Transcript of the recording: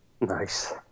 Nice